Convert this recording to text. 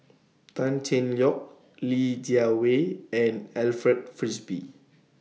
Tan Cheng Lock Li Jiawei and Alfred Frisby